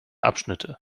abschnitte